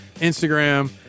Instagram